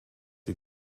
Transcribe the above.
die